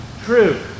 true